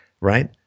right